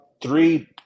three